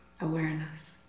awareness